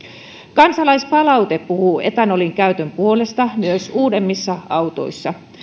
kansalaispalaute puhuu etanolin käytön puolesta myös uudemmissa autoissa